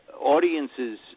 audiences